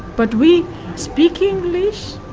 but we speak english,